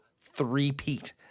three-peat